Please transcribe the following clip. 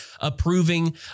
approving